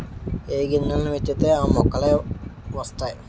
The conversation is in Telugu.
ఏ గింజల్ని విత్తితే ఆ మొక్కలే వతైయి